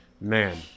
man